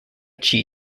chi